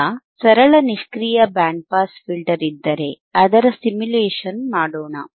ಈಗ ಸರಳ ನಿಷ್ಕ್ರಿಯ ಬ್ಯಾಂಡ್ ಪಾಸ್ ಫಿಲ್ಟರ್ ಇದ್ದರೆ ಅದರ ಸಿಮ್ಯುಲೇಶನ್ ಮಾಡೋಣ